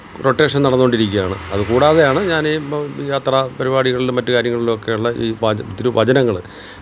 റൊട്ടേഷന് നടന്നുകൊണ്ടിരിക്കുകയാണ് അതുകൂടാതെയാണ് ഞാനീ ഇപ്പം യാത്ര പരിപാടികളിലും മറ്റു കാര്യങ്ങളിലുമൊക്കെയുള്ള ഈ തിരുവചനങ്ങൾ